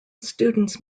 students